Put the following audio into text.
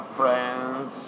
friends